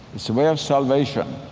so way of salvation.